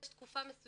יש תקופה מסוימת